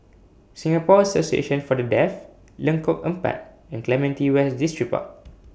Singapore Association For The Deaf Lengkok Empat and Clementi West Distripark